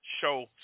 show